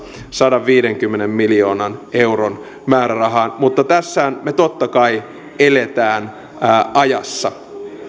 sadanviidenkymmenen miljoonan euron määrärahalla vuosina kaksituhattaseitsemäntoista ja kaksituhattakahdeksantoista mutta tässähän me totta kai elämme ajassa